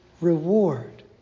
reward